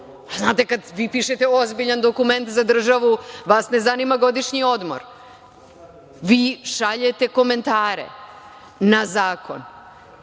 Znate, kad vi pišete ozbiljan dokument za državu vas ne zanima godišnji odmor, vi šaljete komentare na zakon. Još